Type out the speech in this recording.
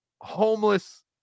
homeless